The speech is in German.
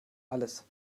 alles